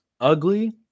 ugly